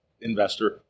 investor